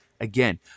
Again